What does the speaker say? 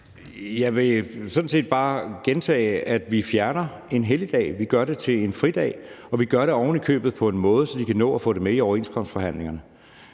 set bare gentage, at vi fjerner en helligdag. Vi gør den til en fredag, og vi gør det ovenikøbet på en måde, så de kan nå at få det med i overenskomstforhandlingerne.